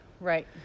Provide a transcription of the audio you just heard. Right